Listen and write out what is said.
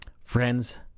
Friends